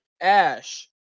ash